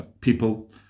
people